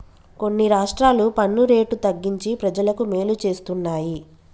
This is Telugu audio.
కొన్ని రాష్ట్రాలు పన్ను రేటు తగ్గించి ప్రజలకు మేలు చేస్తున్నాయి